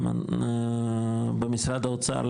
במשרד האוצר,